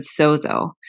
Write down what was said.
sozo